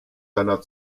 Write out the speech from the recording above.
seiner